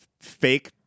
fake